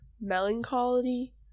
melancholy